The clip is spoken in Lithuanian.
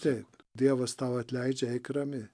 taip dievas tau atleidžia eik rami